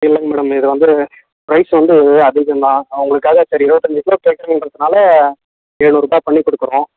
இல்லைங்க மேடம் இது வந்து ப்ரைஸ் வந்து அதிகம் தான் நான் உங்களுக்காக சரி இருபத்தஞ்சு கிலோ கேட்குறீங்கங்கிறதுனால எழுநூறுபா பண்ணிக் கொடுக்குறோம்